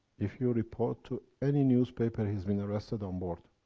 if you report to any newspaper he has been arrested on board.